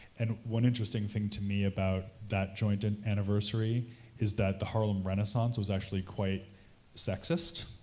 and one interesting thing to me about that joint and anniversary is that the harlem renaissance was actually quite sexist,